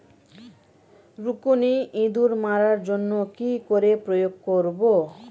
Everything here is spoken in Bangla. রুকুনি ইঁদুর মারার জন্য কি করে প্রয়োগ করব?